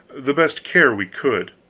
the best care we could.